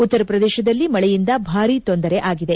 ಉತ್ತರ ಪ್ರದೇಶದಲ್ಲಿ ಮಳೆಯಿಂದ ಭಾರಿ ತೊಂದರೆ ಆಗಿದೆ